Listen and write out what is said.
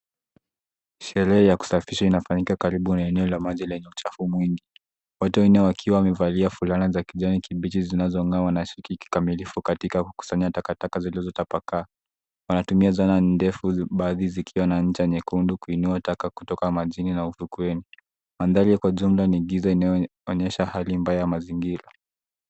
Sherehe ya kusafisha inafanyika karibu na eneo la maji lenye uchafu mwingi. Watu wanne, wakiwa wamevalia fulana za kijani kibichi zinazong'aa, wanashiriki kikamilifu katika kukusanya takataka zilizotapakaa. Wanatumia zana ndefu, baadhi zikiwa na ncha nyekundu, kuinua taka kutoka majini na ufukweni. Mandhari kwa ujumla ni giza, inayoonyesha hali mbaya ya mazingira.